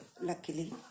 luckily